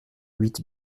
huit